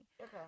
Okay